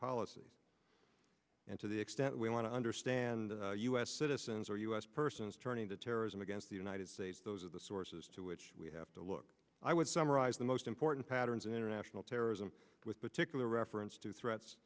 policy and to the extent we want to understand u s citizens or u s persons turning to terrorism against the united states those are the sources to which we have to look i would summarize the most important patterns international terrorism with particular reference to threats